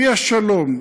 מהשלום,